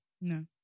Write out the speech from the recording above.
No